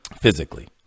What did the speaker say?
Physically